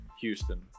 Houston